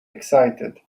excited